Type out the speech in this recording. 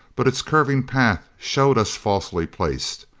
but its curving path showed us falsely placed.